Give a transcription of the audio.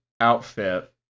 Outfit